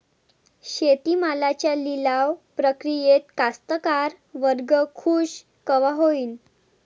शेती मालाच्या लिलाव प्रक्रियेत कास्तकार वर्ग खूष कवा होईन?